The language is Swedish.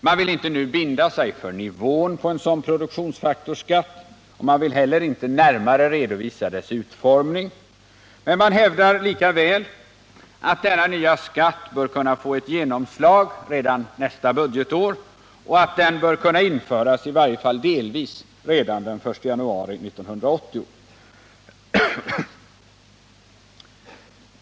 Man vill inte nu binda sig för nivån på en sådan skatt, och man vill heller inte närmare redovisa dess utformning, men man hävdar likväl att denna nya skatt bör kunna få genomslag redan budgetåret 1979/80 och kunna införas i varje fall delvis redan den 1 januari 1980.